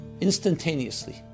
instantaneously